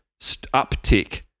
uptick